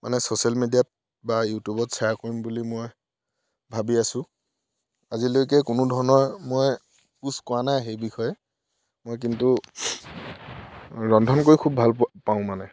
মানে ছ'চিয়েল মিডিয়াত বা ইউটিউবত শ্বেয়াৰ কৰিম বুলি মই ভাবি আছোঁ আজিলৈকে কোনো ধৰণৰ মই পোষ্ট কৰা নাই সেই বিষয়ে মই কিন্তু ৰন্ধন কৰি খুব ভাল পা পাওঁ মানে